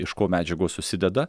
iš ko medžiagos susideda